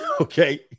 Okay